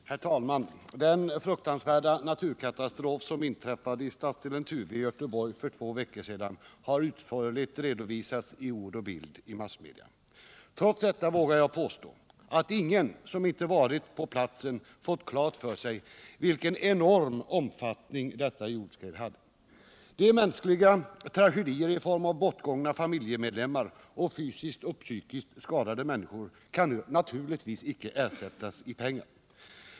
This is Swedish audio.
Nr 82 Herr talman! Den fruktansvärda naturkatastrof som inträffade i stads Torsdagen den delen Tuve i Göteborg för två veckor sedan har utförligt redovisats i 15 december 1977 ord och bild i massmedia. Trots detta vågar jag påstå att ingen som inte varit på platsen fått klart för sig vilken enorm omfattning detta Om omfattningen jordskred hade. av statlig ersättning De mänskliga tragedierna i form av bortgångna familjemedlemmar och = för skador vid fysiskt och psykiskt skadade människor kan naturligtvis icke ersättas naturkatastrofen i i pengar.